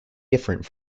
different